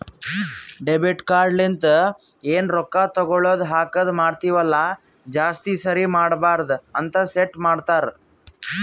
debit card ಲಿಂತ ಎನ್ ರೊಕ್ಕಾ ತಗೊಳದು ಹಾಕದ್ ಮಾಡ್ತಿವಿ ಅಲ್ಲ ಜಾಸ್ತಿ ಸರಿ ಮಾಡಬಾರದ ಅಂತ್ ಸೆಟ್ ಮಾಡ್ತಾರಾ